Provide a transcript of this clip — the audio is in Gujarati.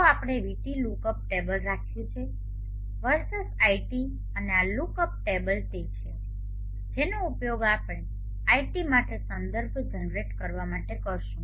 તો આપણે vT લુકઅપ ટેબલ રાખ્યું છે વર્સસ iT અને આ લુક અપ ટેબલ તે છે જેનો ઉપયોગ આપણે iT માટે સંદર્ભ જનરેટ કરવા માટે કરીશું